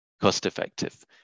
cost-effective